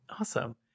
awesome